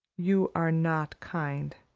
you are not kind.